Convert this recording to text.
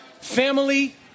family